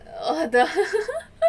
what the